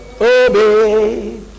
obey